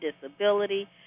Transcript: disability